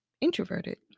introverted